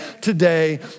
today